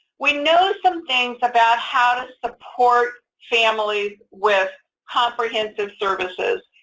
we know some things about how to support families with comprehensive services,